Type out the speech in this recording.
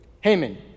Haman